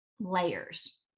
layers